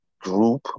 group